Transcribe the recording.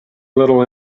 little